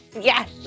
Yes